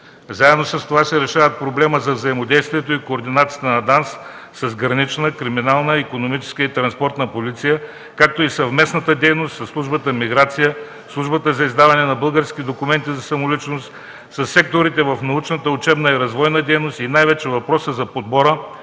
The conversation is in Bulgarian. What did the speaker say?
Заедно с това се решава проблемът с взаимодействието и координацията на ДАНС с Гранична, Криминална, Икономическа и Транспортна полиция, както съвместната дейност със службата „Миграция”, Службата за издаване на български документи за самоличност, със секторите в научната, учебна и развойна дейност и най-вече въпросът за подбора,